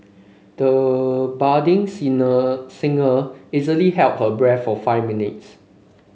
the budding singer singer easily held her breath for five minutes